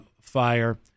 fire